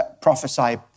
prophesy